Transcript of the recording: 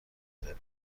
بوده